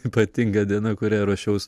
ypatinga diena kurią ruošiaus